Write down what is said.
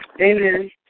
Amen